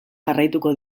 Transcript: jarraitu